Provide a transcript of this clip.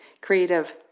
Creative